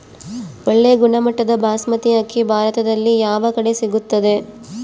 ಒಳ್ಳೆ ಗುಣಮಟ್ಟದ ಬಾಸ್ಮತಿ ಅಕ್ಕಿ ಭಾರತದಲ್ಲಿ ಯಾವ ಕಡೆ ಸಿಗುತ್ತದೆ?